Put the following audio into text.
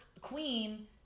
queen